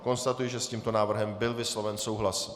Konstatuji, že s tímto návrhem byl vysloven souhlas.